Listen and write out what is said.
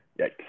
Yikes